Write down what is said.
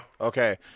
Okay